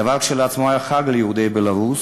הדבר כשלעצמו היה חג ליהודי בלרוס,